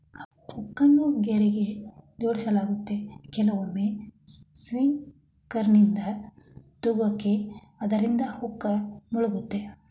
ಹುಕ್ಕನ್ನು ಗೆರೆಗೆ ಜೋಡಿಸಲಾಗುತ್ತೆ ಕೆಲವೊಮ್ಮೆ ಸಿಂಕರ್ನಿಂದ ತೂಗುತ್ತೆ ಅದ್ರಿಂದ ಹುಕ್ ಮುಳುಗುತ್ತೆ